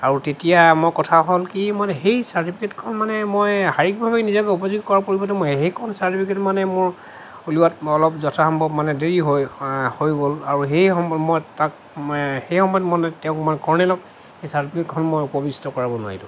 আৰু তেতিয়া মোৰ কথা হ'ল কি মই মানে সেই চাৰ্টিফিকেটখন মানে মই শাৰীৰিকভাৱে নিজকে উপযোগী কৰাৰ পৰিৱৰ্তে মই সেইখন চাৰ্টিফিকেট মানে মোৰ উলিওৱাত অলপ যথাসম্ভৱ মানে দেৰি হৈ হৈ গ'ল আৰু সেই সময়ত তাক সেই সময়ত মানে তেওঁক মই কৰ্ণেলক সেই চাৰ্টিফিকেটখন মই উপৱিষ্ট কৰাব নোৱাৰিলোঁ